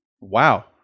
Wow